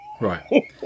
Right